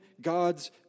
God's